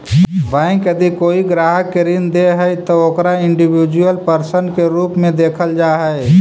bank यदि कोई ग्राहक के ऋण दे हइ त ओकरा इंडिविजुअल पर्सन के रूप में देखल जा हइ